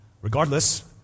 Regardless